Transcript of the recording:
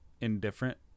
indifferent